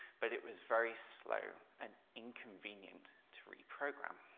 but it was very slow and inconvenient to reprogram.